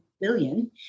billion